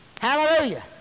Hallelujah